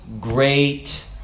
great